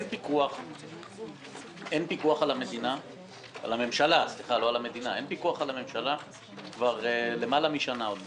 בסוף אין פיקוח על הממשלה כבר למעלה משנה עוד מעט.